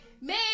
man